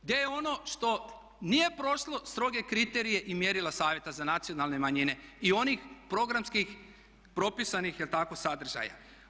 Gdje je ono što nije prošlo stroge kriterije i mjerila Savjeta za nacionalne manjine i onih programskih propisanih je li tako sadržaja?